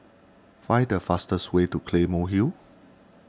find the fastest way to Claymore Hill